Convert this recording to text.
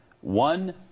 One